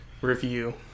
review